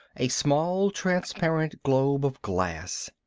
a small transparent globe of glass.